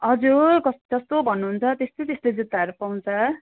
हजुर कस्तो जस्तो भन्नुहुन्छ त्यस्तै त्यस्तै जुत्ताहरू पाउँछ